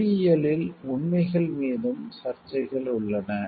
பொறியியலில் உண்மைகள் மீதும் சர்ச்சைகள் உள்ளன